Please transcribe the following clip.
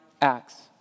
acts